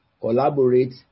collaborate